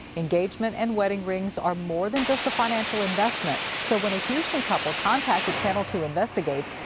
engagement and wedding rings are more than just a financial investment. so when a houston couple contacted channel two investigates,